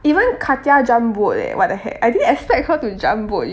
even kathiar jump boat eh what the heck I didn't expect her to jump boat